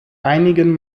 einigen